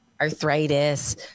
arthritis